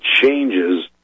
changes